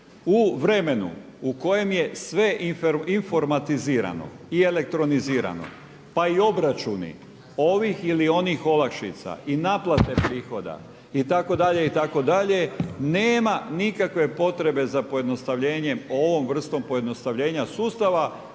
U vremenu u kojem je sve informatizirano i elektrizirano pa i obračuni ovih ili onih olakšica i naplate prihoda itd., itd. nema nikakve potrebe za pojednostavljenjem ovom vrstom pojednostavljenja sustava